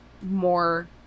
more